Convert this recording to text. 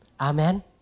Amen